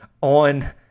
on